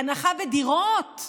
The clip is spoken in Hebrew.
הנחה בדירות,